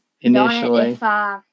initially